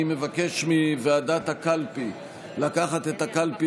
אני מבקש מוועדת הקלפי לקחת את הקלפי